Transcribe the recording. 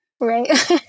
Right